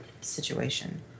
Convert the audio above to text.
situation